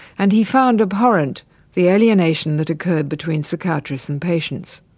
and he found abhorrent the alienation that occurred between psychiatrists and patients.